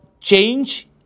change